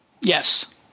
Yes